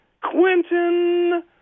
Quentin